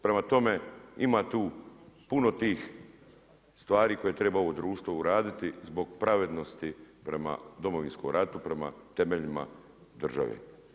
Prema tome, ima tu puno tih stvari koje treba ovo društvo uraditi zbog pravednosti prema Domovinskom ratu, prema temeljima države.